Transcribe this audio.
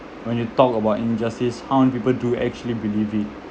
when you talk about injustice how many people do actually believe it